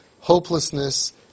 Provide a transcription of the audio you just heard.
hopelessness